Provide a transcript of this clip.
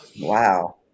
Wow